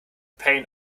pain